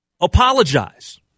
apologize